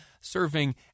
serving